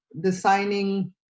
designing